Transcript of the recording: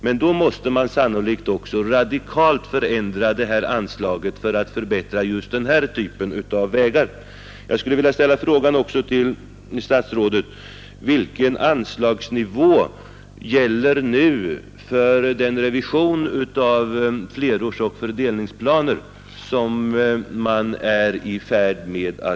Men då måste man också radikalt förändra anslaget för att förbättra just den här typen av vägar som jag här redovisat.